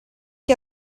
che